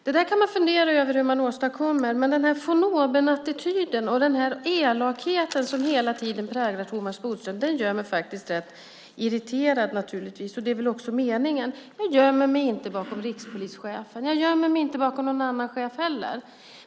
Där kan man fundera över hur man åstadkommer det, men den von oben-attityd och den elakhet som hela tiden präglar Thomas Bodström gör mig rätt irriterad, och det är väl också meningen. Jag gömmer mig inte bakom rikspolischefen, och jag gömmer mig inte bakom någon annan chef heller.